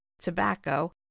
tobacco